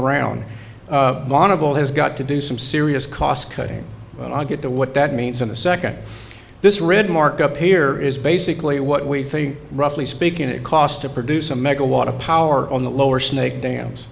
monopole has got to do some serious cost cutting and i'll get to what that means in a second this rig mark up here is basically what we think roughly speaking it costs to produce a megawatt of power on the lower snake dams